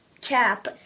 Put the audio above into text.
Cap